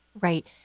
right